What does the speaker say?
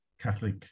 Catholic